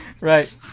Right